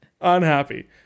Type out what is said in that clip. Unhappy